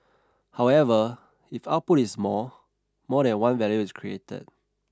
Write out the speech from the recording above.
however if output is more more than one value is created